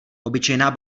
obyčejná